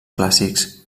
clàssics